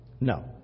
No